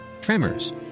tremors